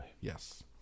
Yes